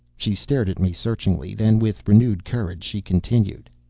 she stared at me searchingly. then, with renewed courage, she continued.